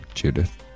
judith